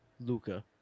Luca